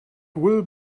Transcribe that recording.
will